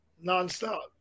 Non-stop